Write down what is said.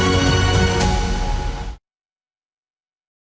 Дякую.